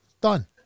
Done